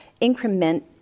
increment